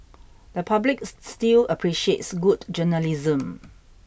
the public still appreciates good journalism